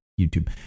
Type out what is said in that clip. YouTube